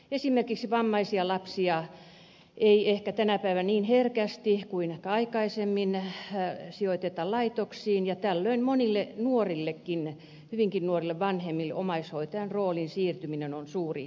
esimerkiksi vammaisia lapsia ei ehkä tänä päivänä niin herkästi kuin ehkä aikaisemmin sijoiteta laitoksiin ja tällöin monille nuorillekin hyvinkin nuorille vanhemmille omaishoitajan rooliin siirtyminen on suuri haaste